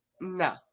No